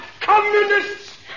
communists